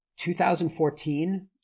2014